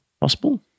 Possible